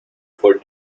for